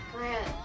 Grant